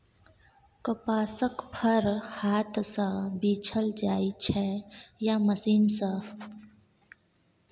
कपासक फर हाथ सँ बीछल जाइ छै या मशीन सँ